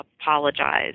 apologize